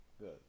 Good